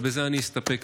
אבל בזה אני אסתפק.